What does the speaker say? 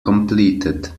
completed